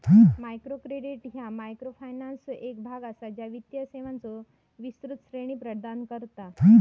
micro credit ह्या मायक्रोफायनान्सचो एक भाग असा, ज्या वित्तीय सेवांचो विस्तृत श्रेणी प्रदान करता